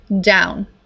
down